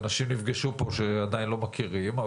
אנשים נפגשו פה ועדיין לא מכירים,